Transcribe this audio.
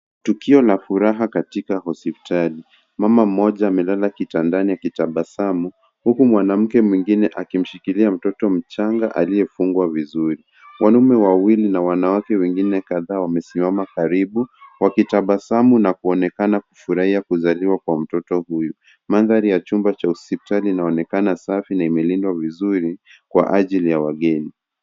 Tukio la furaha katika hospitali. Mama mmoja amelala kitandani akitabasamu huku mwanamke mwingine akimshikilia mtoto mchanga aliyefungwa vizuri. Wanaume wawili na wanawake wengine kadhaa wamesimama karibu wakitabasamu na kuonekana kufurahia kuzaliwa kwa mtoto huyu. Mandhari ya chumba cha hospitali kinaonekana safi na imelindwa vizuri kwa ajili ya wageni.